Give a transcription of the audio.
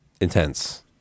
intense